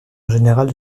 général